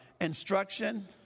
Instruction